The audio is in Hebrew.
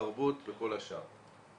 התרבות וכל השאר.